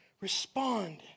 Respond